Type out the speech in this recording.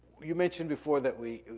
you mentioned before that we,